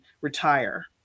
retire